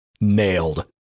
nailed